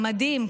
זה מדהים,